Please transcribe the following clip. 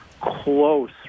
close